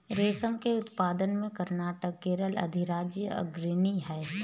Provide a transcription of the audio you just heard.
रेशम के उत्पादन में कर्नाटक केरल अधिराज्य अग्रणी है